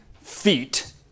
feet